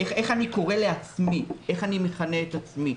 איך אני מכנה את עצמי,